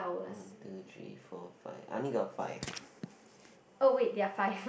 one two three four five I only got five